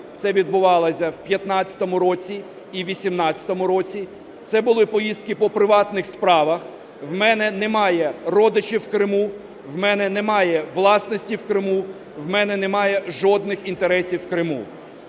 це відбувалося в 2015 році і 2018 році, це були поїздки по приватних справах. У мене немає родичів в Криму, у мене немає власності в Криму, у мене немає жодних інтересів в Криму.